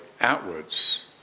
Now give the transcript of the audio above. outwards